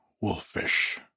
wolfish